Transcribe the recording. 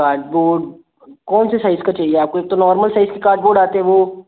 cardboard कौन से size का चाहिए आपको एक तो नॉर्मल साइज़ के कार्डबोर्ड आते हैं वह